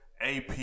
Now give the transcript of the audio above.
AP